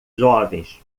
jovens